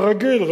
כרגיל,